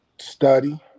study